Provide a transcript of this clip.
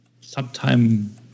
sometime